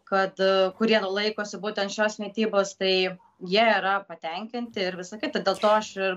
kad kurie laikosi būtent šios mitybos tai jie yra patenkinti ir visa kita dėl to aš ir